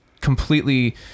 completely